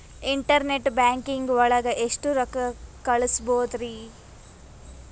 Internet banking ಒಳಗೆ ಎಷ್ಟ್ ರೊಕ್ಕ ಕಲ್ಸ್ಬೋದ್ ರಿ?